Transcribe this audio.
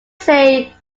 say